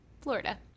Florida